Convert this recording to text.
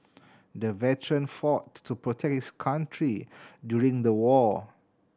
the veteran fought to protect his country during the war